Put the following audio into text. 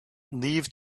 leave